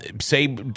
say